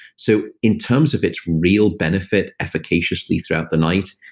so in terms of its real benefit efficaciously throughout the night,